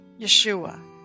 Yeshua